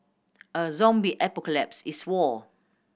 a zombie apocalypse is war